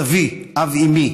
סבי, אב אימי,